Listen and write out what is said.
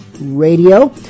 Radio